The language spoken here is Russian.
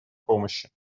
помощи